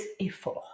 effort